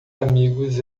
amigos